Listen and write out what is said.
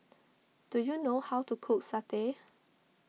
do you know how to cook Satay